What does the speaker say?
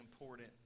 important